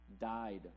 died